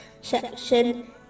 section